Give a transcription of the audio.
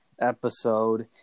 episode